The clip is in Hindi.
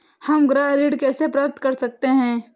हम गृह ऋण कैसे प्राप्त कर सकते हैं?